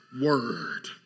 word